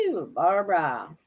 Barbara